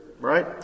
right